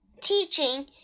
teaching